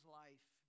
life